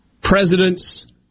Presidents